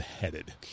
headed